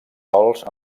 sòls